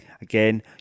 Again